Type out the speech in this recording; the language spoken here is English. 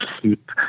keep